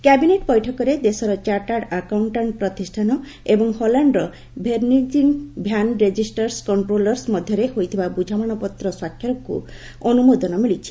cabinet ବୈଠକରେ ଦେଶର chartered accountant ପ୍ରତିଷ୍ଠାନ ଏବଂ ହଲାଣ୍ଡର ଭେରେନିଜିଙ୍ଗ୍ ଭ୍ୟାନ୍ ରେଜିଷ୍ଟାର୍ସ୍ କଷ୍ଟ୍ରୋଲର୍ସ୍ ମଧ୍ୟରେ ହୋଇଥିବା ବୁଝାମଣା ପତ୍ର ସ୍ୱାକ୍ଷରକୁ ଅନୁମୋଦନ ମିଳିଛି